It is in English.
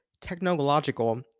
Technological